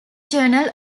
journal